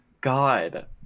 god